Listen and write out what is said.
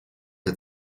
der